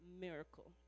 Miracle